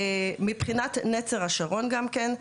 מבחינת נצר השרון גם כן,